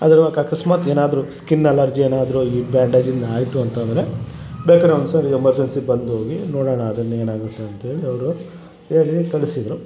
ಅದ್ರಲ್ಲಿ ಅಕಸ್ಮಾತ್ ಏನಾದರು ಸ್ಕಿನ್ ಅಲರ್ಜಿ ಏನಾದರು ಈ ಬ್ಯಾಂಡೇಜಿಂದ ಆಯಿತು ಅಂತಂದರೆ ಬೇಕಾದರೆ ಒಂದ್ಸಾರಿ ಎಮರ್ಜನ್ಸಿಗೆ ಬಂದು ಹೋಗಿ ನೋಡೋಣ ಅದನ್ನು ಏನಾಗುತ್ತೆ ಅಂತೇಳಿ ಅವರು ಹೇಳಿ ಕಳಿಸಿದ್ರು